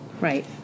Right